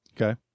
Okay